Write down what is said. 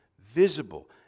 visible